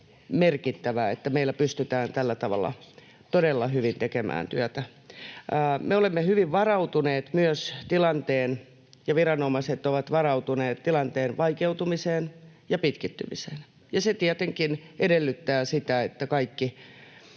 että meillä pystytään tällä tavalla todella hyvin tekemään työtä. Me olemme hyvin varautuneet — viranomaiset ovat varautuneet — myös tilanteen vaikeutumiseen ja pitkittymiseen, ja se tietenkin edellyttää sitä, että kaikki